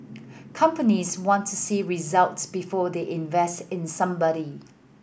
companies want to see results before they invest in somebody